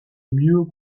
mieux